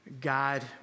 God